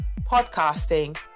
podcasting